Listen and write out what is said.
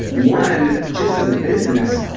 one, just as a business,